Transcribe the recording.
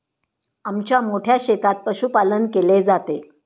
आमच्या मोठ्या शेतात पशुपालन केले जाते